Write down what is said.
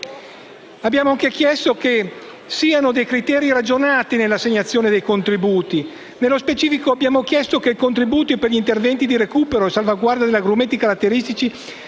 Abbiamo anche chiesto che vi siano criteri ragionati nell'assegnazione dei contributi. Nello specifico, chiediamo che il contributo per gli interventi di recupero e salvaguardia degli agrumeti caratteristici